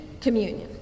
communion